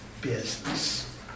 business